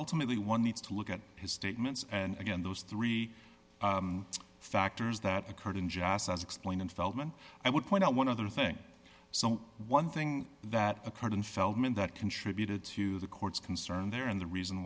ultimately one needs to look at his statements and again those three factors that occurred in jass as explained in feldman i would point out one other thing one thing that occurred in feldman that contributed to the court's concern there and the reason